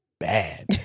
bad